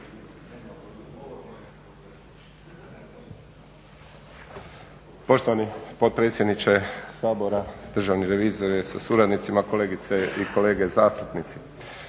Poštovani potpredsjedniče Sabora, državni revizore sa suradnicima, kolegice i kolege zastupnici.